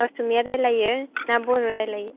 असमिया रायज्लायो ना बर' रायज्लायो